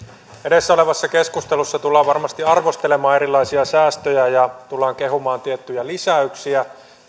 edessä olevassa keskustelussa tullaan varmasti arvostelemaan erilaisia säästöjä ja ja tullaan kehumaan tiettyjä lisäyksiä